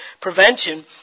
prevention –